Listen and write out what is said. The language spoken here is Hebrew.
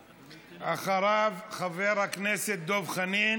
אחריה, חבר הכנסת דב חנין,